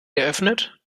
geöffnet